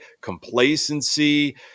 complacency